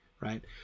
right